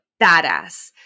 badass